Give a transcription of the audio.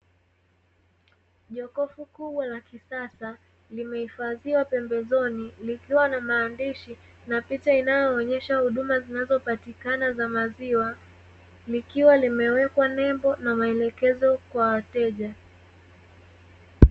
Jokofu kubwa la kisasa limehifadhiwa pembezoni likiwa na maandishi na picha inayoonyesha huduma zinazopatikana za maziwa likiwa limewekwa nembo na maelekezo kwa wateja